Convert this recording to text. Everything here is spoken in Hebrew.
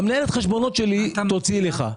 מנהלת החשבונות שלי תוציא לך.